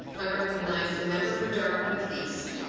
i recognize the member for dartmouth east.